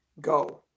go